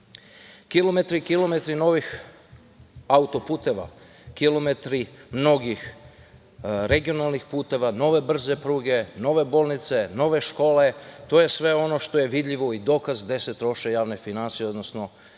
Kilometri i kilometri novih autoputeva, kilometri mnogih regionalnih puteva, nove brze pruge, nove bolnice, nove škole, to je sve ono što je vidljivo i dokaz gde se troše javne finansije, odnosno